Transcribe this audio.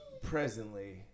Presently